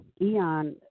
Eon